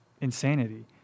insanity